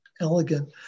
elegant